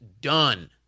done